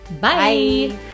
Bye